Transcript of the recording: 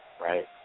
right